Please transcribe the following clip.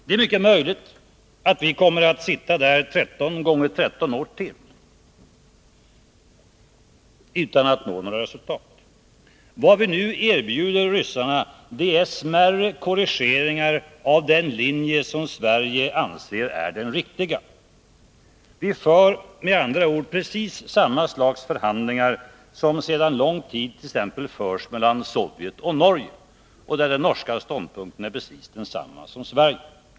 Det är mycket möjligt att vi kommer att sitta där 13 gånger 13 år till utan att nå några resultat. Vad vi nu erbjuder ryssarna är smärre korrigeringar av den linje som Sverige anser vara den riktiga. Vi för med andra ord precis samma slags förhandlingar som sedan lång tid tillbaka förs t.ex. mellan Sovjet och Norge och där den norska ståndpunkten är precis densamma som Sveriges.